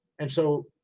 and so,